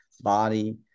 body